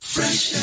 Fresh